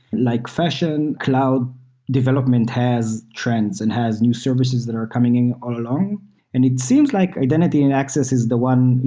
like fashion, cloud developments has trends and has new services that are coming in all along and it seems like identity and access is the one,